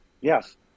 yes